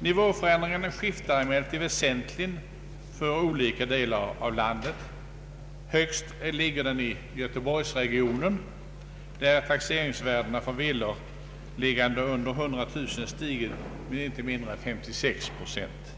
Nivåförändringen skiftar emellertid väsentligt för olika delar av landet. Högst ligger den i Göteborgsområdet, där iaxeringsvärdena på villor under 100 000 kronor har stigit med inte mindre än 56 procent.